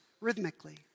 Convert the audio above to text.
rhythmically